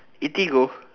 Eatigo